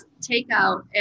takeout